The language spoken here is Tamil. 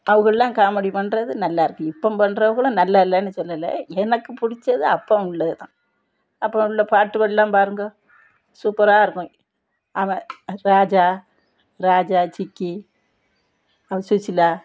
அவகள்லாம் காமெடி பண்ணுறது நல்லா இருக்கும் இப்போ பண்ணுறவுகெல்லாம் நல்லா இல்லைனு சொல்லலை எனக்கு பிடிச்சது அப்ப உள்ளது தான் அப்ப உள்ள பாட்டுகல்லாம் பாருங்க சூப்பராக இருக்கும் அவன் ராஜா ராஜா ஜிக்கி அவள் சுசிலா